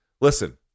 Listen